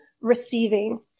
receiving